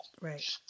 Right